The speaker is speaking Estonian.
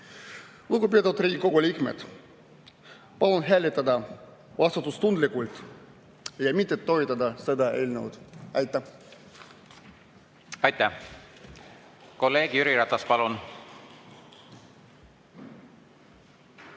Lugupeetud Riigikogu liikmed, palun hääletada vastutustundlikult ja mitte toetada seda eelnõu. Aitäh! Aitäh! Kolleeg Jüri Ratas, palun!